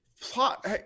plot